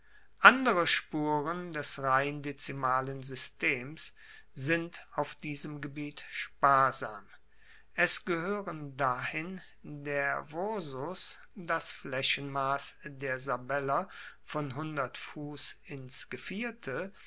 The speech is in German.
andere spuren des rein dezimalen systems sind auf diesem gebiet sparsam es gehoeren dahin der vorsus das flaechenmass der sabeller von fuss ins gevierte